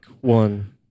one